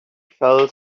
fell